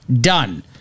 Done